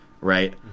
right